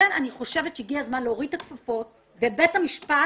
אני חושבת שהגיע הזמן להוריד את הכפפות, בית המשפט